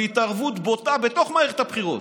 בהתערבות בוטה בתוך מערכת הבחירות,